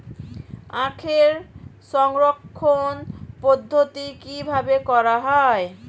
আখের সংরক্ষণ পদ্ধতি কিভাবে করা হয়?